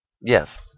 yes